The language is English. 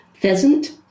pheasant